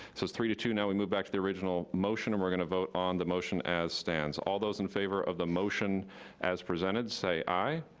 so it's three to two no. we move back to the original motion, and we're gonna vote on the motion as stands. all those in favor of the motion as presented, say aye.